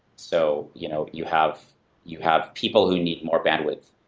so you know you have you have people who need more bandwidth,